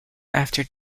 after